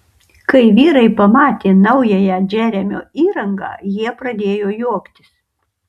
kai vyrai pamatė naująją džeremio įrangą jie pradėjo juoktis